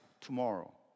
tomorrow